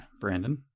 Brandon